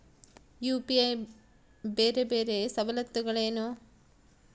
UPI ಬೇರೆ ಬೇರೆ ಸವಲತ್ತುಗಳೇನು?